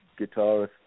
guitarist